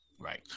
right